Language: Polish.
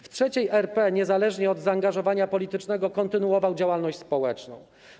W III RP, niezależnie od zaangażowania politycznego, kontynuował działalność społeczną.